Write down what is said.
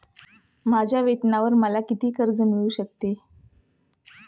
माझ्या वेतनावर मला किती कर्ज मिळू शकते?